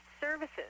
Services